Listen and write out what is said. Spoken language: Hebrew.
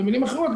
במילים אחרות,